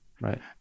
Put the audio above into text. Right